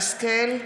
שרן השכל.